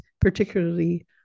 particularly